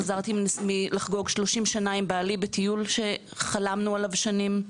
חזרתי מחגיגות 30 שנים עם בעלי בטיול שחלמנו עליו שנים,